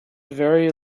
very